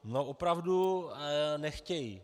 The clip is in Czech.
No, opravdu nechtějí.